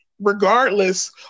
regardless